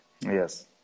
Yes